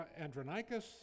Andronicus